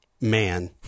man